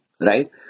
Right